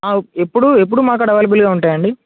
ఎప్పుడు ఎప్పుడు మా కాడ అవైలబుల్గా ఉంటాయండి